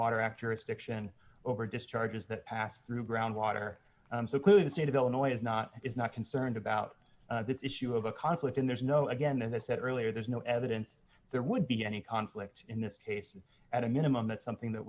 water act jurisdiction over discharges that passed through groundwater so clearly the state of illinois is not is not concerned about this issue of a conflict and there's no again as i said earlier there's no evidence there would be any conflict in this case at a minimum it's something that